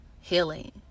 healing